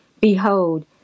behold